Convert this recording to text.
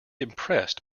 impressed